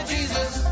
Jesus